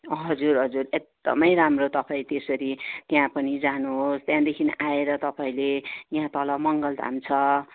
हजुर हजुर एकदमै राम्रो तपाईँ त्यसरी त्यहाँ पनि जानु होस् त्यहाँदेखि आएर तपाईँले यहाँ तल मङ्गल धाम छ